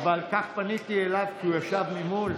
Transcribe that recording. אבל כך פניתי אליו כשהוא ישב ממול?